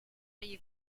you’ve